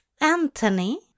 Anthony